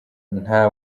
nta